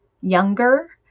younger